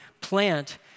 plant